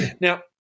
Now